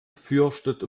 fürchtet